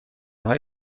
های